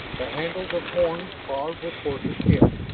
the handles of horn carved with horse heads,